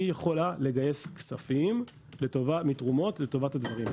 היא יכולה לגייס כספים לתרומות לטובת הדברים.